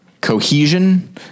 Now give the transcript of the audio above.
cohesion